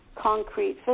concrete